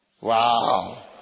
Wow